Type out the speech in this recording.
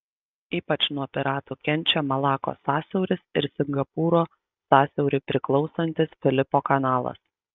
ypač nuo piratų kenčia malakos sąsiauris ir singapūro sąsiauriui priklausantis filipo kanalas